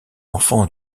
enfant